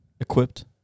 equipped